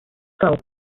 skull